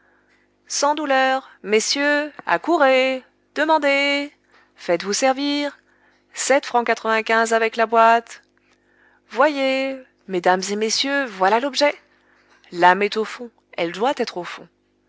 sans douleur messieurs accourez demandez faites-vous servir fr avec la boîte voyez mesdames et messieurs voilà l'objet l'âme est au fond elle doit être au fond